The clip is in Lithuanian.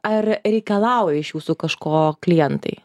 ar reikalauja iš jūsų kažko klientai